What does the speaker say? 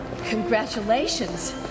Congratulations